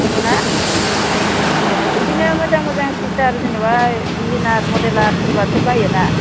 नंगौ ना अ' बिदिनो मोजां मोजां सुइथार जेन'बा डिजेनार मडेलारफोर बाथाय बायोना